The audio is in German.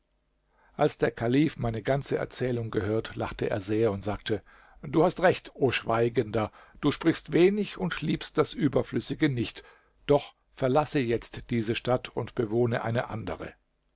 als der kalif meine ganze erzählung gehört lachte er sehr und sagte du hast recht o schweigender du sprichst wenig und liebst das überflüssige nicht doch verlasse jetzt diese stadt und bewohne eine andere